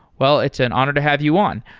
well, it's an honor to have you on.